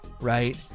right